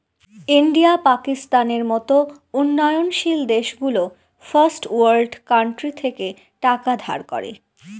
India, পাকিস্তানের মত উন্নয়নশীল দেশগুলো ফার্স্ট ওয়ার্ল্ড কান্ট্রি থেকে টাকা ধার করে